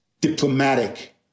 diplomatic